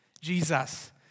Jesus